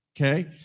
okay